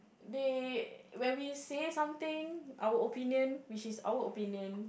they when we say something our opinion which is our opinion